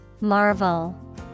Marvel